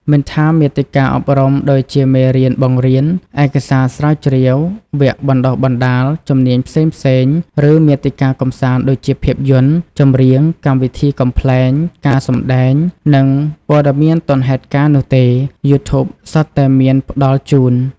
មិនថាមាតិកាអប់រំដូចជាមេរៀនបង្រៀន ឯកសារស្រាវជ្រាវ វគ្គបណ្តុះបណ្តាលជំនាញផ្សេងៗ ឬមាតិកាកម្សាន្តដូចជាភាពយន្ត ចម្រៀង កម្មវិធីកំប្លែង ការសម្ដែង និងព័ត៌មានទាន់ហេតុការណ៍នោះទេ យូធូបសុទ្ធតែមានផ្តល់ជូន។